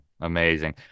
amazing